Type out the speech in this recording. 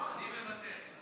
אני מוותר.